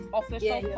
official